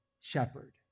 shepherd